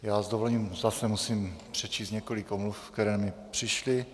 S dovolením zase musím přečíst několik omluv, které mi přišly.